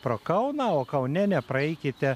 pro kauną o kaune nepraeikite